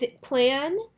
plan